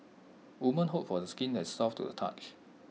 women hope for the skin that is soft to the touch